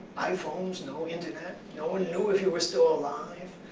iphones, no internet. no one knew if you were still alive.